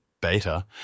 Beta